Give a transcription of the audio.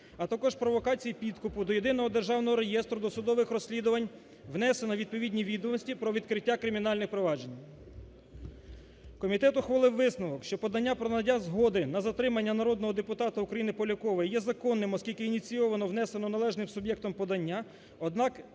а також провокації підкупу до Єдиного державного реєстру досудових розслідувань внесено відповідні відомості про відкриття кримінальних проваджень. Комітет ухвалив висновок, що подання про надання згоди на затримання народного депутата України Полякова є законним, оскільки ініційовано і внесено належним суб'єктом подання,